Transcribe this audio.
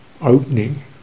opening